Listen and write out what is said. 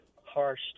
harsh